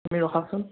তুমি ৰখাচোন